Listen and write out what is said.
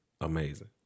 amazing